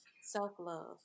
self-love